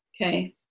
okay